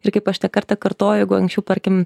ir kaip aš ne kartą kartoju jeigu anksčiau tarkim